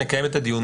נקיים את הדיון,